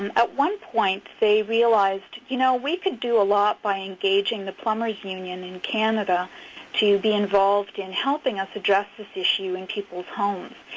um at one point they realized, you know, we could do a lot by engaging the plumber's union in canada to be involved in helping us address this issue in people's homes.